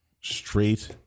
straight